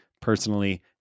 Personally